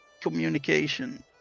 Communication